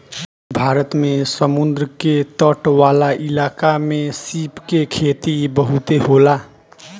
भारत में समुंद्र के तट वाला इलाका में सीप के खेती बहुते होला